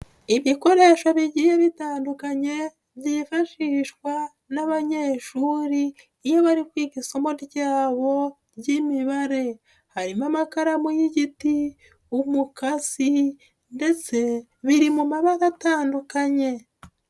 Ibikoresho bigiye bitandukanye byifashishwa n'abanyeshuri iyo bari kwiga isomo ryabo ry'imibare harimo amakaramu y'igiti, umukasi ndetse biri mu mabara atandukanye.